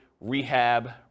rehab